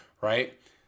right